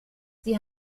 sie